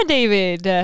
David